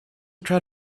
tried